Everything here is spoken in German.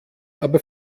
aber